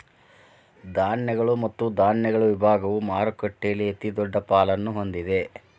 ಧಾನ್ಯಗಳು ಮತ್ತು ಧಾನ್ಯಗಳ ವಿಭಾಗವು ಮಾರುಕಟ್ಟೆಯಲ್ಲಿ ಅತಿದೊಡ್ಡ ಪಾಲನ್ನು ಹೊಂದಿದೆ